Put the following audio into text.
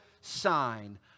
sign